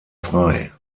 frei